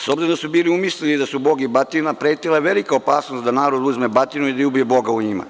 S obzirom da su umislili da su Bog i batina, pretila je velika opasnost da narod uzme batinu i da ubije boga u njima.